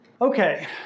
Okay